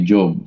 Job